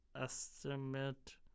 estimate